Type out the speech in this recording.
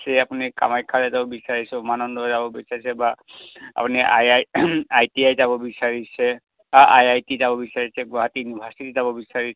সেয়ে আপুনি কামাখ্যালৈ যাব বিচাৰিছে উমানন্দ যাব বিচাৰিছে বা আপুনি I I I T I যাব বিচাৰিছে আই আই টি যাব বিচাৰিছে গুৱাহাটী ইউনিভাৰচিটি যাব বিচাৰিছে